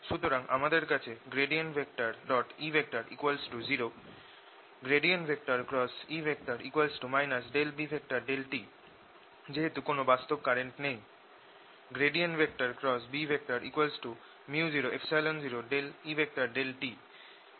সুতরাং আমাদের কাছে E0 E B∂t যেহেতু কোন বাস্তব কারেন্ট নেই Bµ00E∂t এবং B 0